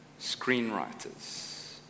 screenwriters